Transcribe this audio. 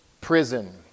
prison